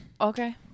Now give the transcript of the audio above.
Okay